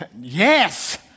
Yes